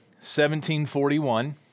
1741